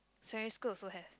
secondary school also have